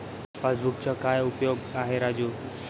पासबुकचा काय उपयोग आहे राजू?